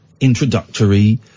introductory